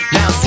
Now